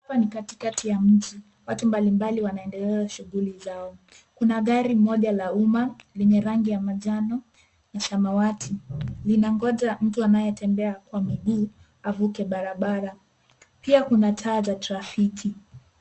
Hapa ni katikati ya mji. Watu mbalimbali wanaendeleza shughuli zao. Kuna gari moja la umma lenye rangi ya manjano na samawati, linangoja mtu anayetembea kwa miguu avuke barabara. Pia kuna taa za trafiki.